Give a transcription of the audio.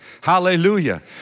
Hallelujah